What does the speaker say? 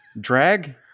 Drag